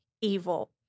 evil